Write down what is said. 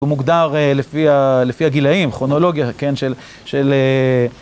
הוא מוגדר לפי לפי הגילאים, כרונולוגיה, כן, של...